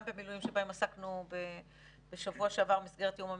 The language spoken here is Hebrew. במילואים בהם עסקנו בשבוע שעבר במסגרת יום המילואים,